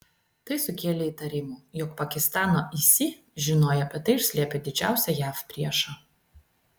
tai sukėlė įtarimų jog pakistano isi žinojo apie tai ir slėpė didžiausią jav priešą